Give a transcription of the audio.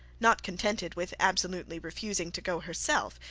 not contented with absolutely refusing to go herself,